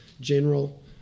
General